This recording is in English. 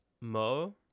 mo